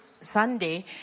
Sunday